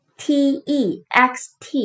text